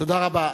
תודה רבה.